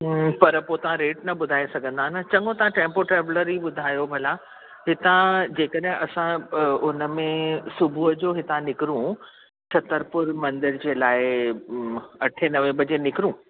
हम्म पर पोइ तव्हां रेट न ॿुधाए सघंदा न चङो तव्हां टैम्पो ट्रेवलर ई ॿुधायो भला हितां जेकॾहिं असां उन में सुबुह जो हितां निकरूं छतरपुर मंदर जे लाइ अठें नवें बजे निकरूं